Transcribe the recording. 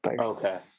Okay